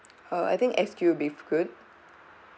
uh I think S_Q will be good